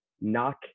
knock